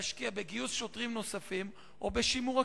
להשקיע בגיוס שוטרים נוספים או בשימור הקיימים?